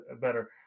better